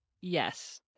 Yes